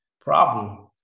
problem